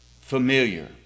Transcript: familiar